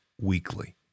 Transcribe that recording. weekly